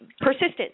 persistence